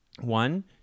One